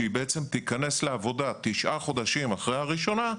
שהיא בעצם תיכנס לעבודה 9 חודשים אחרי הראשונה,